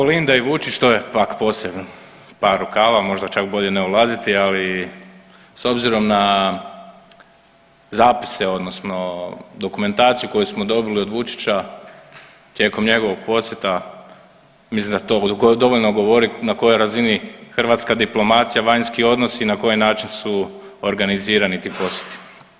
A Kolinda i Vučić to je pak posebno par rukava, možda čak bolje ne ulaziti, ali s obzirom na zapise odnosno dokumentaciju koju smo dobili od Vučića tijekom njegovog posjeta mislim da to dovoljno govori na kojoj razini hrvatska diplomacija, vanjski odnosi i na koji način su organizirani ti posjeti.